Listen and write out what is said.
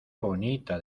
bonita